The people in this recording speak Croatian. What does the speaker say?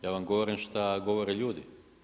Ja vam govorim šta govore ljudi.